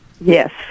Yes